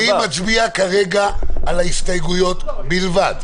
אני מצביע כרגע על ההסתייגויות בלבד.